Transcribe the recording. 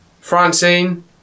Francine